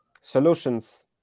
solutions